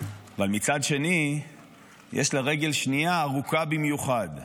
אבל מצד שני יש לה רגל שנייה ארוכה במיוחד.